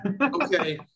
Okay